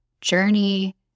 journey